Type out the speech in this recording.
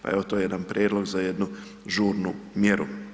Pa evo to je jedan prijedlog za jednu žurnu mjeru.